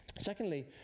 Secondly